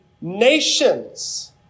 nations